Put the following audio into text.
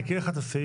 אני אקריא את הסעיף,